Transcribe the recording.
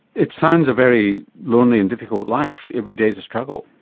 it sounds a very lonely and difficult life, every day is a struggle.